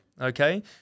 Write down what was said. okay